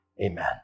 amen